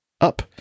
up